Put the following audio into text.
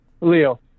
Leo